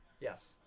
Yes